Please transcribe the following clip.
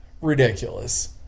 Ridiculous